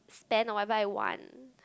spend on whatever I want